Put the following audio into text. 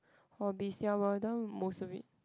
already done most of it